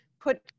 put